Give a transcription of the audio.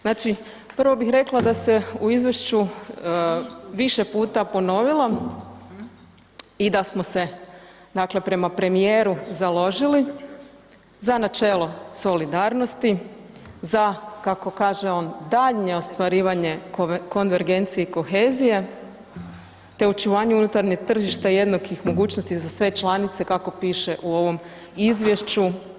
Znači, prvo bih rekla da se u izvješću više puta ponovilo i da smo se, dakle prema premijeru založili za načelo solidarnosti, kako kaže on, daljnje ostvarivanje konvergencije i kohezije, te očuvanju unutarnjeg tržišta jednakih mogućnosti za sve članice, kako piše u ovom izvješću.